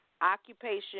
Occupation